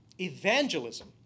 evangelism